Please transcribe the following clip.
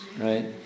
right